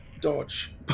dodge